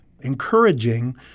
encouraging